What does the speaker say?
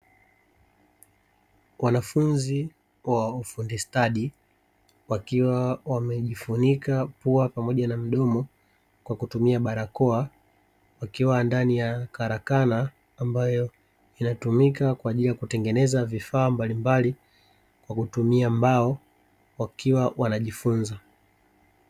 Wanafunzi wa ufundi stadi; wakiwa wamejifunika pua pamoja na midomo kwa kutumia barakoa, wakiwa ndani ya karakana ambayo inatumika kwa ajili ya kutengeneza vifaa mbalimbali kwa kutumia mbao, wakiwa wanajifunza.